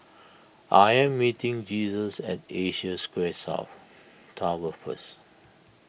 I am meeting Jesus at Asia Square South Tower first